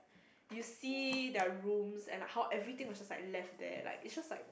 you see their rooms and how everything was just left there like it's just like